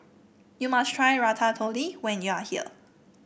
you must try Ratatouille when you are here